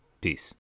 Peace